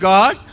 God